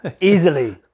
easily